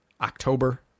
October